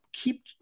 Keep